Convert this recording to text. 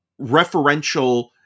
referential